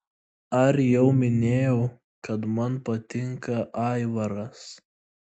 ar jau minėjau kad man patinka aivaras